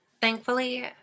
thankfully